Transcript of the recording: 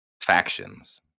factions